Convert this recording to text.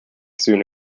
soon